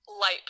Light